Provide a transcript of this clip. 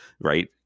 right